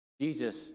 Jesus